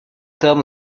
term